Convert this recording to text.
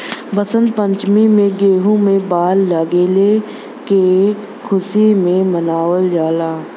वसंत पंचमी में गेंहू में बाल लगले क खुशी में मनावल जाला